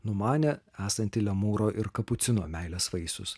numanė esanti lemūro ir kapucino meilės vaisius